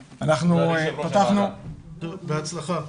בהצלחה.